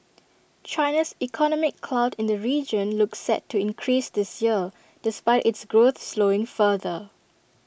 China's economic clout in the region looks set to increase this year despite its growth slowing further